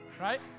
Right